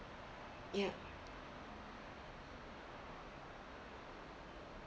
ya